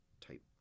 type